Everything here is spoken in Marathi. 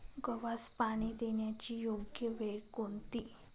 गव्हास पाणी देण्याची योग्य वेळ कोणती?